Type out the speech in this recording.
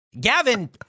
Gavin